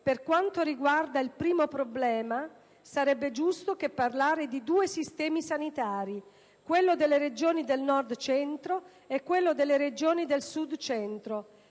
per quanto riguarda il primo problema, sarebbe giusto parlare di due sistemi sanitari (quello delle regioni del Nord-Centro e quello delle regioni del Sud-Centro),